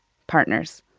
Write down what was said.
partners.